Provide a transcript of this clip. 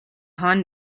han